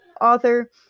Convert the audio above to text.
author